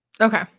Okay